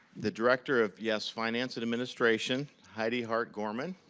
the director of yes, finance and administration heidi heart gorman.